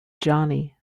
johnny